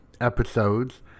episodes